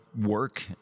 work